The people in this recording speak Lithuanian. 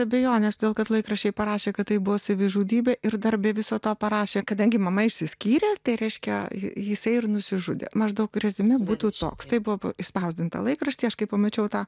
abejonės todėl kad laikraščiai parašė kad tai buvo savižudybė ir dar be viso to parašė kadangi mama išsiskyrė tai reiškia jisai ir nusižudė maždaug reziumė būtų toks tai buvo išspausdinta laikraštyje aš kai pamačiau tą